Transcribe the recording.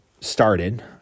started